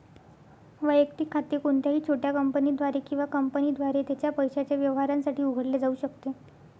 वैयक्तिक खाते कोणत्याही छोट्या कंपनीद्वारे किंवा कंपनीद्वारे त्याच्या पैशाच्या व्यवहारांसाठी उघडले जाऊ शकते